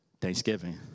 Thanksgiving